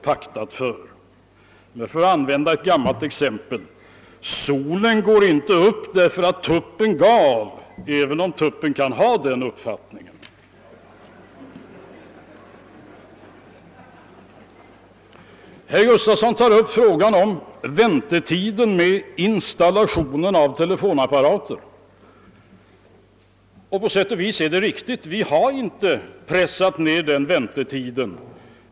Men — för att använda ett gammalt exempel — solen går inte upp därför att tuppen gal, även om tuppen kan ha den uppfattningen. Herr Gustafson tar upp frågan om väntetiden för installation av telefonapparater. På sätt och vis var det han sade riktigt: Vi har inte pressat ned den väntetiden.